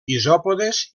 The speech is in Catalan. isòpodes